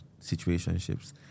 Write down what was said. situationships